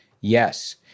Yes